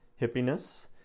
hippiness